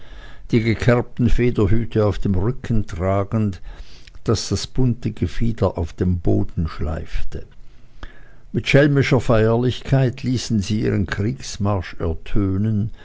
die gekerbten federhüte auf dem rücken tragend daß das bunte gefieder auf dem boden schleifte mit schelmischer feierlichkeit ließen sie ihren